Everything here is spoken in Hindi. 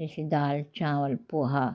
जैसे दाल चावल पोहा